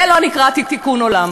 זה לא נקרא תיקון עולם.